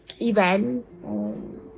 event